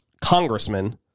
congressman